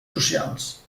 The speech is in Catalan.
socials